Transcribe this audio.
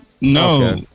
No